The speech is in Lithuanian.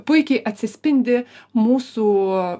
puikiai atsispindi mūsų